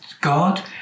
God